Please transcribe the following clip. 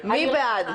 בעד?